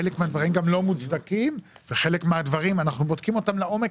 חלק מהדברים גם לא מוצדקים וחלק מהדברים אנחנו בודקים לעומק.